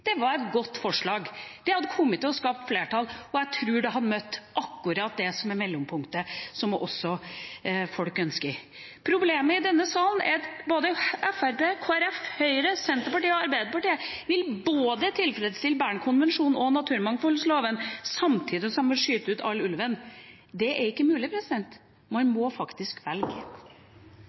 Det var et godt forslag. Det hadde kommet til å skape flertall, og jeg tror det hadde møtt akkurat det som er mellompunktet, som folk også ønsker. Problemet i denne salen er at Fremskrittspartiet, Kristelig Folkeparti, Høyre, Senterpartiet og Arbeiderpartiet vil tilfredsstille både Bern-konvensjonen og naturmangfoldloven samtidig som en vil skyte all ulv. Det er ikke mulig. Man må faktisk velge.